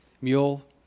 mule